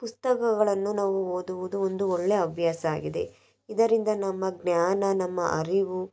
ಪುಸ್ತಕಗಳನ್ನು ನಾವು ಓದುವುದು ಒಂದು ಒಳ್ಳೆ ಅಭ್ಯಾಸ ಆಗಿದೆ ಇದರಿಂದ ನಮ್ಮ ಜ್ಞಾನ ನಮ್ಮ ಅರಿವು